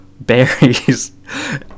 berries